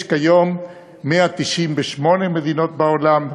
יש כיום 198 מדינות בעולם,